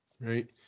Right